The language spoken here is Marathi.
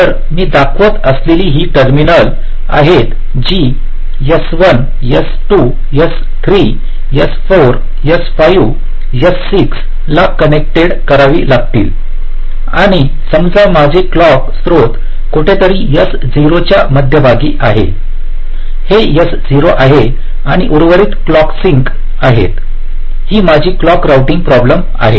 तर मी दाखवत असलेली ही टर्मिनल आहेत जी S1S2S3S4S5S6 ला कनेक्ट करावी लागतील आणि समजा माझे क्लॉकस्त्रोत कुठेतरी S0 च्या मध्यभागी आहे हे S0 आहे आणि उर्वरित क्लॉक सिंक आहेत हा माझा क्लॉक रोऊटिंग प्रॉब्लेम आहे